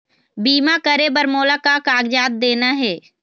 बीमा करे बर मोला का कागजात देना हे?